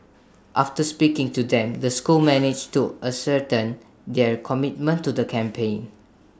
after speaking to them the school managed to ascertain their commitment to the campaign